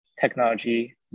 technology